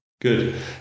Good